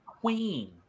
Queen